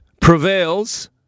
prevails